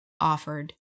offered